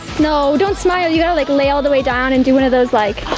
no, don't smile. you gotta like lay all the way down and do one of those like.